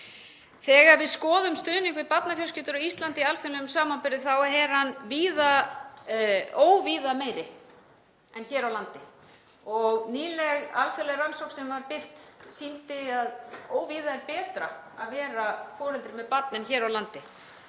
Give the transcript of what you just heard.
Þegar við skoðum stuðning við barnafjölskyldur á Íslandi í alþjóðlegum samanburði þá er hann óvíða meiri en hér á landi og nýleg alþjóðleg rannsókn sem var birt sýndi að óvíða er betra að vera foreldri með barn en hér á landi,